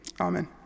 Amen